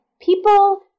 people